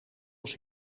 als